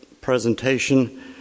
presentation